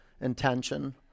intention